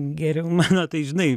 geriau mano tai žinai